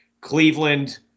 Cleveland